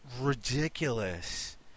ridiculous